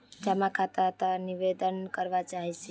जमा खाता त निवेदन करवा चाहीस?